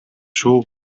шүү